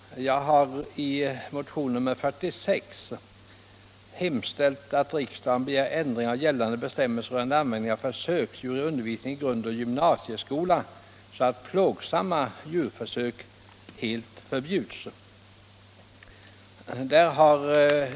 Jag har i motionen 46 hemställt att riksdagen — Nr 41 begär ändring av gällande bestämmelser rörande användning av försöks Onsdagen den djur i undervisningen i grundoch gymnasieskolan så att plågsamma 10 december 1975 djurförsök helt förbjuds.